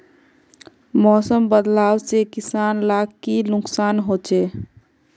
मौसम बदलाव से किसान लाक की नुकसान होचे?